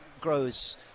grows